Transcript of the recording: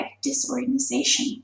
disorganization